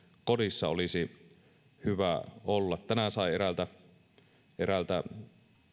kodissa olisi hyvä olla tänään sain eräältä